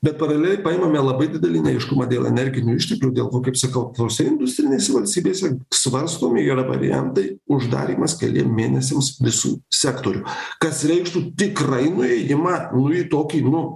bet paraleliai paimame labai didelį neaiškumą dėl energinių išteklių dėl to kaip sakau tose industrinėse valstybėse svarstomi yra variantai uždarymas keliem mėnesiams visų sektorių kas reikštų tikrai nuėjimą nu į tokį nu